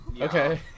Okay